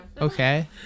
Okay